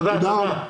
תודה לך.